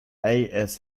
ash